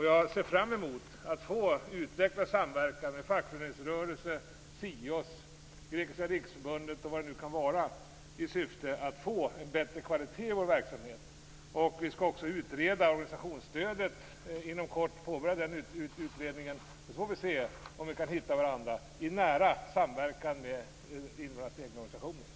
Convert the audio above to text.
Jag ser fram emot att få utveckla samverkan med fackföreningsrörelse, SIOS, Grekiska riksförbundet och vad det nu kan vara i syfte att få en bättre kvalitet på verksamheten. Vi skall inom kort också påbörja utredningen av organisationsstödet. Sedan får vi se om vi kan hitta varandra i nära samverkan med invandrarnas egna organisationer.